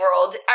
world